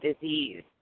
disease